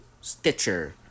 Stitcher